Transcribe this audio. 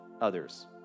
others